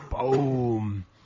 Boom